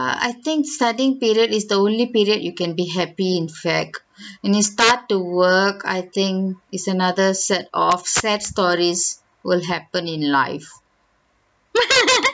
uh I think studying period is the only period you can be happy in fact when you start to work I think it's another set of sad stories will happen in life